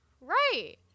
Right